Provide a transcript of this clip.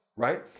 right